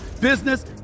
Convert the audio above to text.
business